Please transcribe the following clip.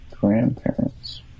grandparents